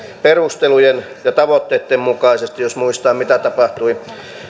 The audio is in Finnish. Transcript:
perustelujen ja tavoitteitten mukaisesti jos muistaa mitä tapahtui